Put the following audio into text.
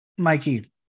Mikey